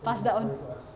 pass down